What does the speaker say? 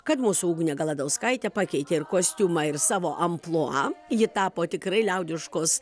kad mūsų ugnė galadauskaitė pakeitė ir kostiumą ir savo amplua ji tapo tikrai liaudiškos